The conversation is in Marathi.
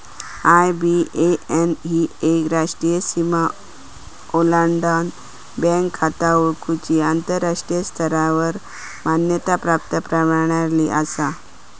आय.बी.ए.एन ही एक राष्ट्रीय सीमा ओलांडान बँक खाती ओळखुची आंतराष्ट्रीय स्तरावर मान्यता प्राप्त प्रणाली असा